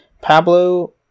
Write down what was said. Pablo